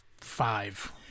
five